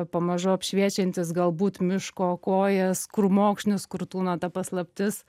pamažu apšviečiantys galbūt miško kojas krūmokšnis kur tūno ta paslaptis